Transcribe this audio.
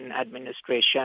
administration